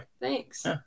Thanks